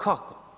Kako?